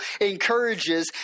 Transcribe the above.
encourages